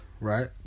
right